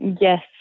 Yes